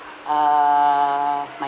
err my